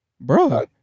Bro